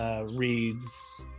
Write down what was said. reads